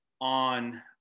on